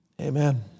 Amen